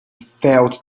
felt